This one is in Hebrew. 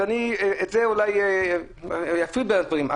אז אני אולי אפריד בין הדברים.